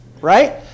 Right